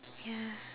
ya